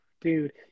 dude